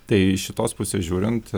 tai iš šitos pusės žiūrint